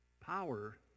Power